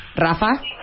Rafa